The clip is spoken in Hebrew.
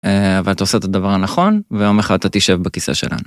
אבל אתה עושה את הדבר הנכון ויום אחד אתה תישב בכיסא שלנו.